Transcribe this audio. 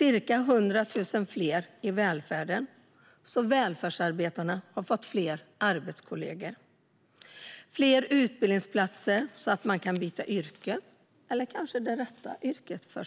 varav ca 100 000 fler i välfärden. Det har gjort att välfärdsarbetarna har fått fler kollegor. Det finns nu fler utbildningsplatser så att man kan byta yrke eller hitta rätt yrke direkt.